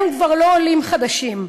הם כבר לא עולים חדשים,